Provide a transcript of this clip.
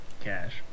cash